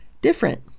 different